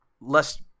less